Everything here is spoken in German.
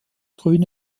grüne